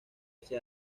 ese